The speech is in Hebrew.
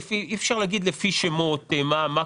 אי אפשר להגיד לפי שמות מה קורה.